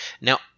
Now